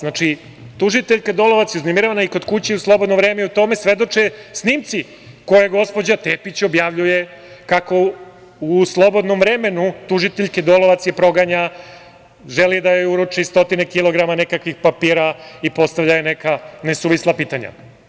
Znači, tužiteljka Dolac je uznemiravana kod kuće i u slobodno vreme i o tome svedoče snimci koje gospođa Tepić objavljuje, a kako u slobodnom vremenu tužiteljku Dolovac proganja, želi da joj uruči stotine kilograma nekakvih papira i postavlja joj neka nesuvisla pitanja.